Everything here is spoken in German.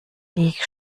ich